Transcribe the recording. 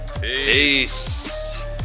Peace